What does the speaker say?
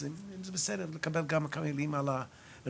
אז אם זה בסדר לקבל גם כמה מילים על הראייה